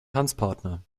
tanzpartner